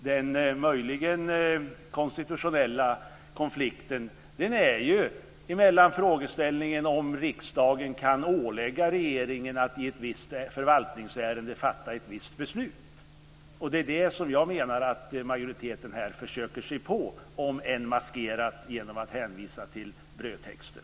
Den möjligen konstitutionella konflikten gäller frågeställningen om riksdagen kan ålägga regeringen att i ett visst förvaltningsärende fatta ett visst beslut. Det är det som jag menar att majoriteten försöker sig på, om än maskerat genom en hänvisning till brödtexten.